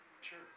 Sure